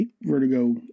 Vertigo